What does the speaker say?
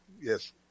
yes